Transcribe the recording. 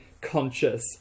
conscious